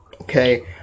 okay